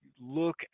look